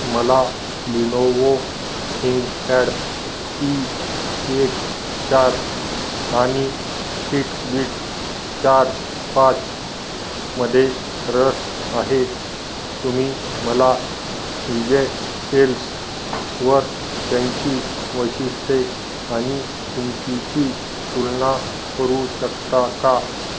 मला Lenovo ThinkPad E एक चार आणि फिटबीट चार्ज पाचमध्ये रस आहे तुम्ही मला विजय सेल्सवर त्यांची वैशिष्ट्ये आणि किंमतीची तुलना करू शकता का